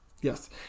Yes